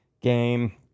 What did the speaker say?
game